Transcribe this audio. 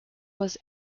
was